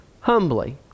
humbly